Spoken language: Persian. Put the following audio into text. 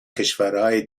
کشورهای